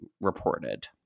reported